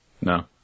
No